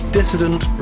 Dissident